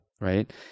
Right